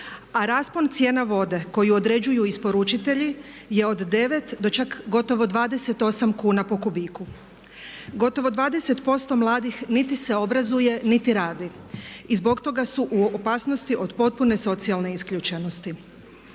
a raspon cijena vode koju određuju isporučitelji je od 9 do čak gotovo 28 kuna po kubiku. Gotovo 20% mladih niti se obrazuje niti radi i zbog toga su u opasnosti od potpune socijalne isključenosti.